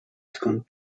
skąd